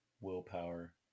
willpower